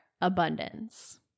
abundance